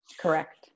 Correct